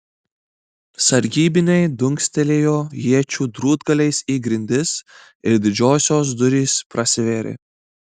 sargybiniai dunkstelėjo iečių drūtgaliais į grindis ir didžiosios durys prasivėrė